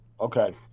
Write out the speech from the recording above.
okay